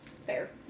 Fair